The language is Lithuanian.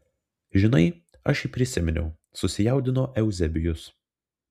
žinai aš jį prisiminiau susijaudino euzebijus